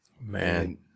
Man